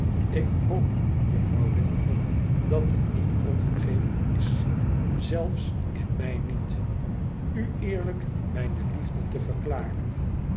ik hoop juffrouw wilfer dat het niet onvergeeflijk is zelfs in mij niet u eerlijk mijne liefde te verklaren